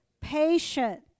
patient